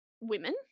women